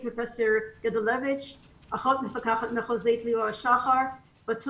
פרופ' גדלביץ הוא הרופא המחוזי עכשיו